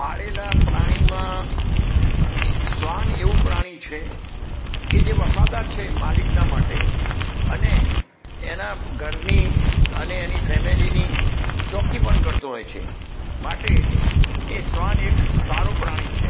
પાળેલાં પ્રાણીમાં એક શ્વાન એવું પ્રાણી છે કે જે વફાદાર છે માલિકના માટે અને એનાં ઘરની અને એની ફૅમિલીની ચોકી પણ કરતો હોય છે માટે તે શ્વાન એક સારું પ્રાણી છે